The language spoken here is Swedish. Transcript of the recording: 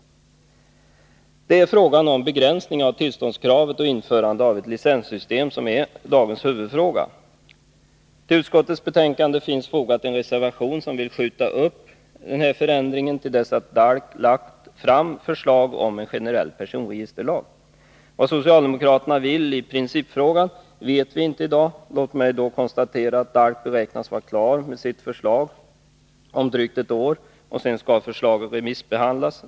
Det är ju också frågan om begränsning av tillståndskravet och införandet av ett licenssystem som är dagens huvudfråga. Till utskottets betänkande finns fogad en reservation som vill skjuta upp reformen till dess att DALK lagt fram förslag om en generell personregisterlag. Vad socialdemokraterna villi principfrågan vet vi inte i dag. Låt mig då konstatera att DALK beräknas vara klar med sitt förslag om ett år. Sedan skall förslaget remissbehandlas.